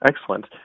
Excellent